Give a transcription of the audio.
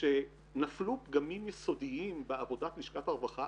שנפלו פגמים יסודיים בעבודת לשכת הרווחה.